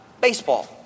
baseball